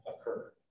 occur